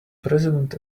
president